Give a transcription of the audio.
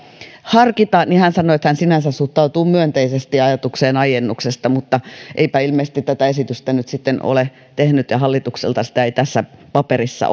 harkita ja hän sanoi että hän sinänsä suhtautuu myönteisesti ajatukseen aikaistamisesta mutta eipä ilmeisesti tätä esitystä nyt ole tehnyt ja hallitukselta sitä ei tässä paperissa